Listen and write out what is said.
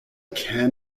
can